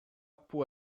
può